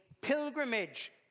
pilgrimage